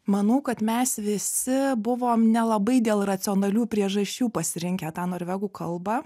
manau kad mes visi buvom nelabai dėl racionalių priežasčių pasirinkę tą norvegų kalbą